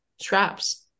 straps